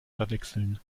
verwechseln